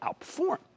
outperform